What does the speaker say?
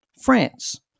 France